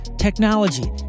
technology